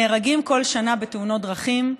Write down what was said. נהרגים כל שנה בתאונות דרכים.